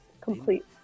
complete